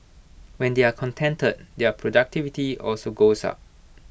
when they are contented their productivity also goes up